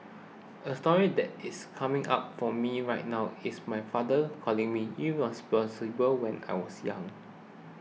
a story that is coming up for me right now is my father calling me irresponsible when I was young